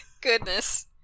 Goodness